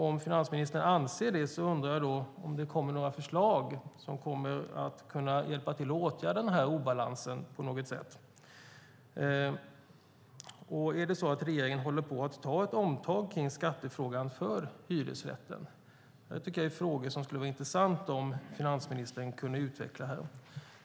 Om finansministern anser detta undrar jag om det kommer några förslag som kan hjälpa till att åtgärda denna obalans på något sätt. Håller regeringen på att ta ett omtag kring skattefrågan för hyresrätten? Detta är frågor som det skulle vara intressant om finansministern kunde utveckla här.